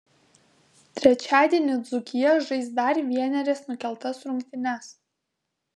trečiadienį dzūkija žais dar vienerias nukeltas rungtynes